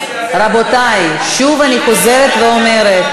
רבותי, שוב אני חוזרת ואומרת,